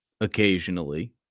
occasionally